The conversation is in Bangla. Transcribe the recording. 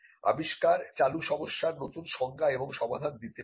আবিষ্কার চালু সমস্যার নতুন সংজ্ঞা এবং সমাধান দিতে পারে